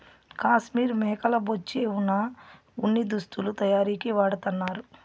కాశ్మీర్ మేకల బొచ్చే వున ఉన్ని దుస్తులు తయారీకి వాడతన్నారు